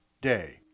day